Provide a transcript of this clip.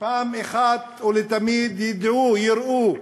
שפעם אחת ולתמיד ידעו, יראו: